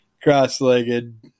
Cross-legged